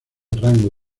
rango